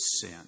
sin